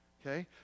Okay